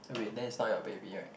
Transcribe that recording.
wait that is not your baby right